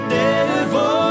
devil